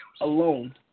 alone